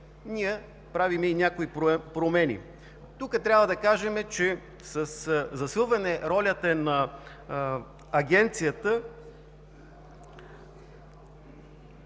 ние правим и някои промени. Тук трябва да кажем, че със засилване ролята на Агенцията